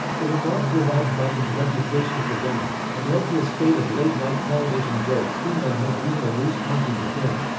the remark revived biden's reputation for gaffes, and led to a spate of late-night television jokes themed on him being a loose-talking buffoon.